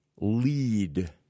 lead